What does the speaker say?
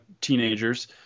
teenagers